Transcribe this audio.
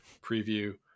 preview